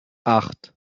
acht